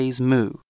Moo